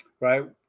right